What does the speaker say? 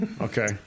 Okay